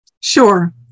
Sure